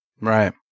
Right